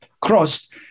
crossed